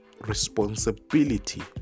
responsibility